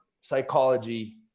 psychology